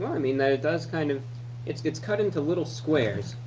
i mean that it does kind of it's it's cut into little squares.